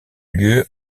lieu